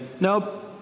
nope